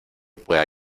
pueda